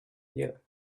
year